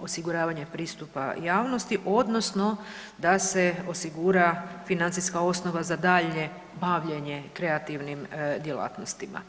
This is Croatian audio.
osiguravanje pristupa javnosti odnosno da se osigura financijska osnova za daljnje bavljenje kreativnim djelatnostima.